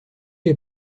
les